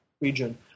region